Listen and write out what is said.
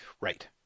Right